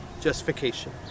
justification